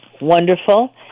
wonderful